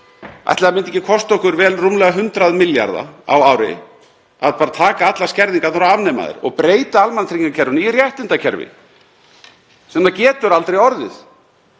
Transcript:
Ætli það myndi ekki kosta okkur vel rúmlega 100 milljarða á ári að taka allar skerðingarnar og afnema þær og breyta almannatryggingakerfinu í réttindakerfi sem það getur aldrei orðið.